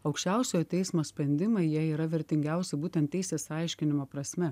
aukščiausiojo teismo sprendimai jie yra vertingiausi būtent teisės aiškinimo prasme